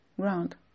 ground